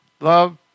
love